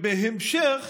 ובהמשך